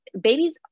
babies